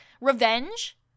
Revenge